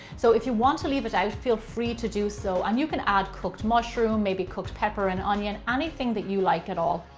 so if you want to leave it out, feel free to do so, and you can add cooked mushroom, maybe cooked pepper and onion, anything that you like at all.